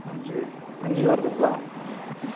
அஞ்சு அஞ்சு வருதுங்களா ம்